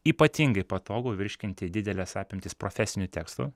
ypatingai patogu virškinti dideles apimtis profesinių tekstų